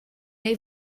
neu